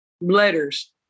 letters